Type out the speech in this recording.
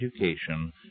education